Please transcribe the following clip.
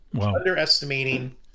underestimating